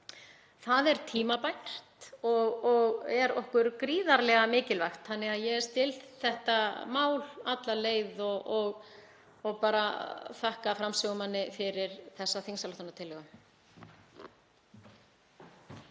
Það er tímabært og er okkur gríðarlega mikilvægt þannig að ég styð þetta mál alla leið og þakka framsögumanni fyrir þessa þingsályktunartillögu.